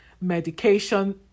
medication